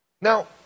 now